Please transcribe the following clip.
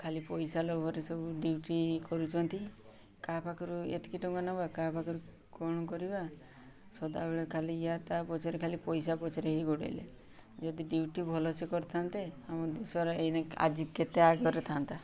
ଖାଲି ପଇସା ଲୋଭରେ ସବୁ ଡିଉଟି କରୁଛନ୍ତି କାହା ପାଖରୁ ଏତିକି ଟଙ୍କା ନବା କାହା ପାଖରୁ କ'ଣ କରିବା ସଦାବେଳେ ଖାଲି ୟା ତା ପଛରେ ଖାଲି ପଇସା ପଛରେ ହିଁ ଗୋଡ଼ାଇଲେ ଯଦି ଡିଉଟି ଭଲସେ କରିଥାନ୍ତେ ଆମ ଦେଶରେ ଏଇନା ଆଜି କେତେ ଆଗରେ ଥାଆନ୍ତା